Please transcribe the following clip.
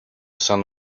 sun